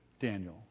Daniel